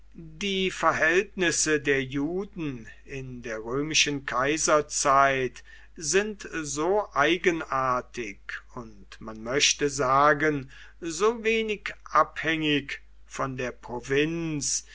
die verhältnisse der juden in der römischen kaiserzeit sind so eigenartig und man möchte sagen so wenig abhängig von der provinz